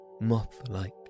moth-like